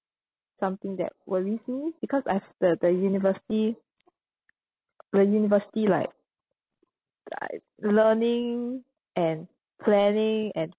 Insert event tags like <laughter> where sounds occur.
something that worries me because I've the the university <noise> the university like like learning and planning and